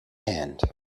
hand